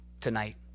tonight